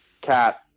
cat